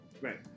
Right